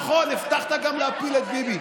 נכון, הבטחת גם להפיל את ביבי,